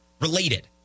related